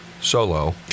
Solo